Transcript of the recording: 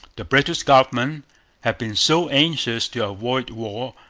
the british government had been so anxious to avoid war,